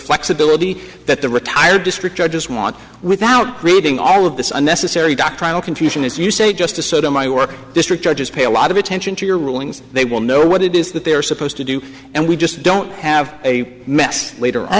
flexibility that the retired district i just want without reading all of this unnecessary doctrinal confusion as you say justice sotomayor district judges pay a lot of attention to your rulings they will know what it is that they are supposed to do and we just don't have a mess later i